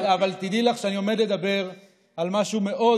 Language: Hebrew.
אבל תדעי לך שאני עומד לדבר על משהו מאוד